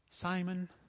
Simon